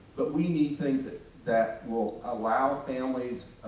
but we need things that that will allow families,